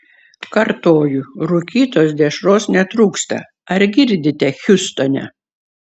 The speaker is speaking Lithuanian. kartoju rūkytos dešros netrūksta ar girdite hjustone